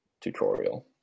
tutorial